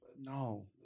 No